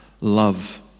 love